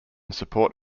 support